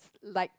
like